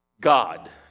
God